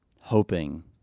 hoping